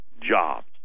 jobs